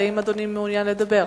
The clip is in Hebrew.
האם אדוני מעוניין לדבר?